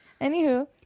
Anywho